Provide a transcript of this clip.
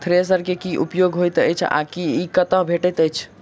Thresher केँ की उपयोग होइत अछि आ ई कतह भेटइत अछि?